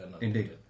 Indeed